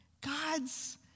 God's